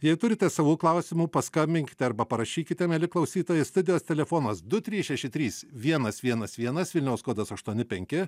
jei turite savų klausimų paskambinkite arba parašykite mieli klausytojai studijos telefonas du trys šeši trys vienas vienas vienas vilniaus kodas aštuoni penki